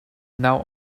now